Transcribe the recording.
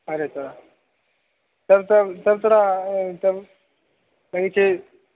अरे तऽ तब तऽ तब तोरा तब कहै छै